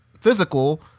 physical